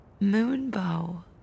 Moonbow